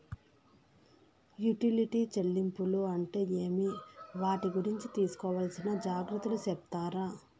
Utility చెల్లింపులు అంటే ఏమి? వాటి గురించి తీసుకోవాల్సిన జాగ్రత్తలు సెప్తారా?